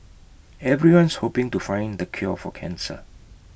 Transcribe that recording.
everyone's hoping to find the cure for cancer